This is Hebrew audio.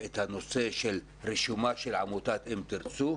את הנושא של רישומה של עמותת "אם תרצו".